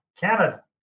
Canada